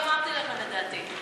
אני אמרתי לכם את דעתי,